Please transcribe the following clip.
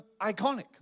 iconic